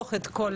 נחסוך את כל